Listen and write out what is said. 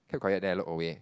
keep quiet then I look away